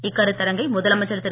இக் கருத்தரங்கை முதலமைச்சர் திரு